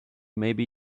maybe